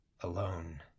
alone